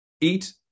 eat